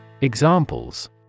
Examples